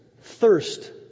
thirst